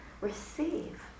receive